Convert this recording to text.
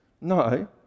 No